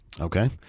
Okay